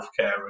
healthcare